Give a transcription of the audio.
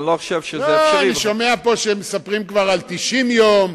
אני שומע שמספרים פה כבר על 90 יום,